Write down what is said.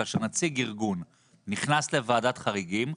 כאשר נציג ארגון נכנס לוועדת חריגים,